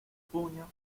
puño